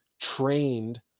trained